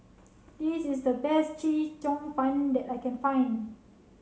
this is the best Chee Cheong Fun that I can find